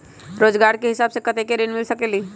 रोजगार के हिसाब से कतेक ऋण मिल सकेलि?